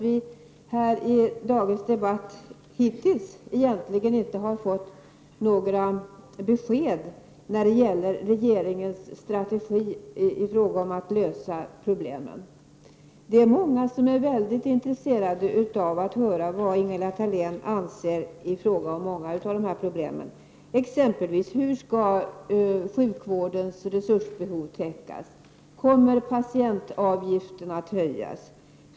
Vi har i dagens debatt hittills egentligen inte fått några besked när det gäller regeringens strategi i fråga om att lösa problemen. Det är många som är väldigt intresserade av att höra vad Ingela Thalén anser i fråga om dessa problem. Hur skall exempelvis sjukvårdens resursbehov täckas? Och kommer patientavgiften att höjas?